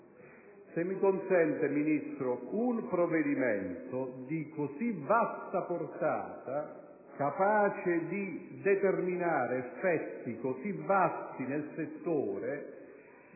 me lo consente, signor Ministro, un provvedimento di così vasta portata, capace di determinare effetti così estesi nel settore,